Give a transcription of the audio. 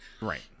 Right